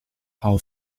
hal